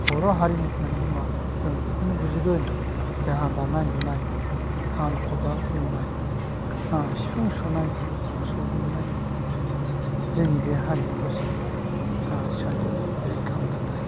बर' हारिमु माने मा जों बेखौनो बुजिगोन जोंहा दानाय लुनाय हाल खदाल एवनाय बा सिफुं सुनाय मोसौ गुमनाय जोंनि बे हारियाव गासैबो दंजोबो जेरै खाम दामनाय